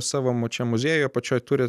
savo mačiau muziejų apačioj turi